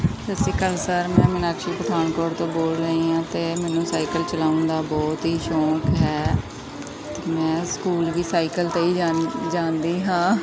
ਸਤਿ ਸ਼੍ਰੀ ਅਕਾਲ ਸਰ ਮੈਂ ਮੀਨਾਕਸ਼ੀ ਪਠਾਨਕੋਟ ਤੋਂ ਬੋਲ ਰਹੀ ਹਾਂ ਅਤੇ ਮੈਨੂੰ ਸਾਈਕਲ ਚਲਾਉਣ ਦਾ ਬਹੁਤ ਹੀ ਸ਼ੌਂਕ ਹੈ ਮੈਂ ਸਕੂਲ ਵੀ ਸਾਈਕਲ 'ਤੇ ਹੀ ਜਾ ਜਾਂਦੀ ਹਾਂ